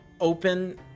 open